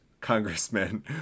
congressman